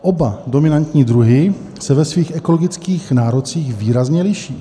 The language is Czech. Oba dominantní druhy se ve svých ekologických nárocích výrazně liší.